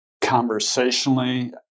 Conversationally